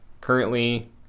Currently